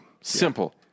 Simple